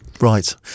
Right